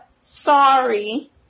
Sorry